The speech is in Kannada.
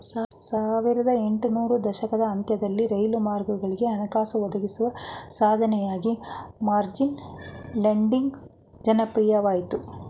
ಸಾವಿರದ ಎಂಟು ನೂರು ದಶಕದ ಅಂತ್ಯದಲ್ಲಿ ರೈಲು ಮಾರ್ಗಗಳಿಗೆ ಹಣಕಾಸು ಒದಗಿಸುವ ಸಾಧನವಾಗಿ ಮಾರ್ಜಿನ್ ಲೆಂಡಿಂಗ್ ಜನಪ್ರಿಯವಾಯಿತು